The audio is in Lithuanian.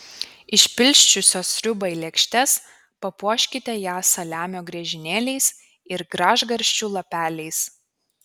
išpilsčiusios sriubą į lėkštes papuoškite ją saliamio griežinėliais ir gražgarsčių lapeliais